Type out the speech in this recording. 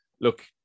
look